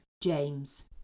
James